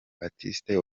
baptiste